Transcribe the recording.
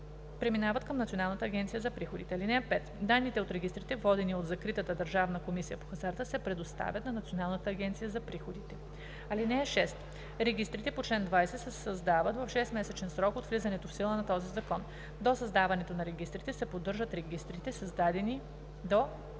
преминават към Националната агенция за приходите. (5) Данните от регистрите, водени от закритата Държавна комисия по хазарта, се предоставят на Националната агенция за приходите. (6) Регистрите по чл. 20 се създават в 6-месечен срок от влизането в сила на този закон. До създаването на регистрите се поддържат регистрите, създадени по